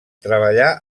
treballà